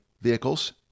vehicles